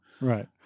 Right